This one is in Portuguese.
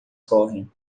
correm